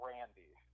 Randy